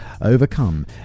overcome